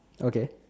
okay